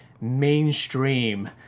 mainstream